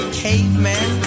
caveman